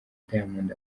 diamond